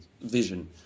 vision